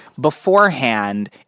beforehand